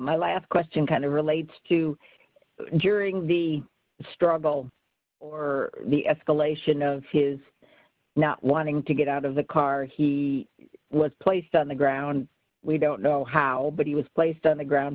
my last question kind of relates to during the struggle or the escalation of his not wanting to get out of the car he was placed on the ground we don't know how but he was placed on the ground